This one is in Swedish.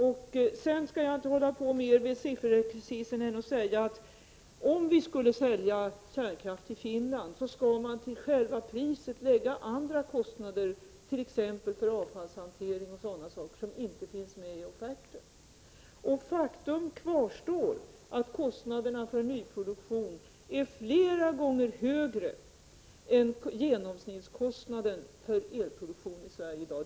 Jag skall inte fortsätta sifferexercisen utan bara säga att om vi skulle sälja kärnkraft till Finland måste man till priset lägga vissa kostnader — bl.a. för avfallshantering — som inte finns med i offerten. Faktum kvarstår — kostnaderna för nyproduktion är flera gånger större än genomsnittskostnaden för elproduktion i Sverige i dag.